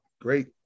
Great